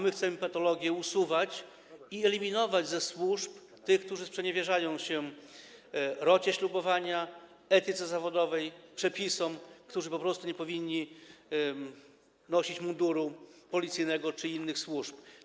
My chcemy patologie usuwać i eliminować ze służby tych, którzy sprzeniewierzają się rocie ślubowania, etyce zawodowej, przepisom, którzy po prostu nie powinni nosić munduru policyjnego czy innych służb.